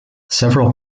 several